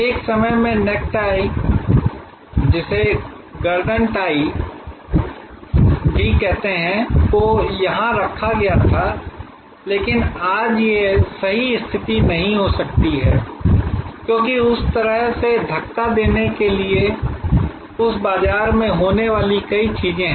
एक समय में नेकटाई गर्दन टाई को यहां रखा गया था लेकिन आज यह सही स्थिति नहीं हो सकती है क्योंकि उस तरह से धक्का देने के लिए उस बाजार में होने वाली कई चीजें हैं